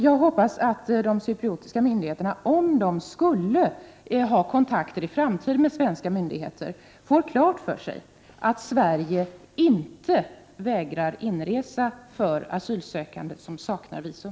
Jag hoppas att de cypriotiska myndigheterna — om de skulle ha kontakter med de svenska myndigheterna i framtiden — får klart för sig att Sverige inte vägrar inresa för asylsökande som saknar visum.